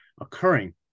occurring